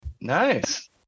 Nice